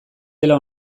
dela